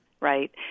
right